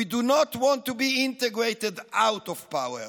We do not want to be integrated out of power,